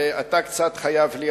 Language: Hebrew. ואתה קצת חייב לי,